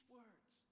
words